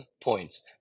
Points